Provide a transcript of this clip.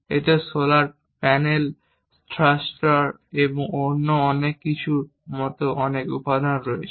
এতে solar panel thruster এবং অন্যান্য অনেক কিছুর মতো অনেক উপাদান রয়েছে